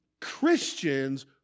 Christians